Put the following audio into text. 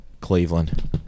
Cleveland